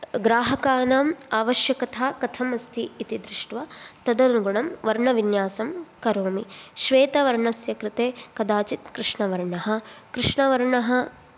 ग्राहकानाम् आवश्यकता कथम् अस्ति इति दृष्ट्वा तदनुगुणं वर्णविन्यासं करोमि श्वेतवर्णस्य कृते कदाचित् कृष्णवर्णः कृष्णवर्णः